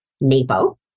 NAPO